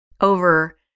over-